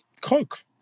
cook